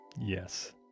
Yes